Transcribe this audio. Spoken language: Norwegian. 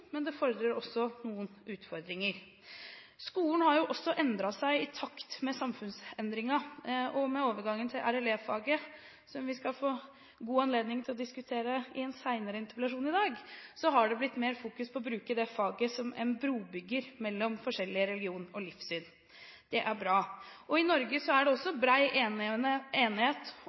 men det gir også noen utfordringer. Skolen har endret seg i takt med samfunnsendringen. Med overgangen til RLE-faget, som vi skal få god anledning til å diskutere i en interpellasjon senere i dag, har det blitt mer fokus på å bruke det faget som en brobygger mellom forskjellige religioner og livssyn. Det er bra. I Norge er det også